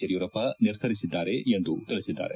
ಯಡಿಯೂರಪ್ಪ ನಿರ್ಧರಿಸಿದ್ದಾರೆ ಎಂದು ತಿಳಿಸಿದ್ದಾರೆ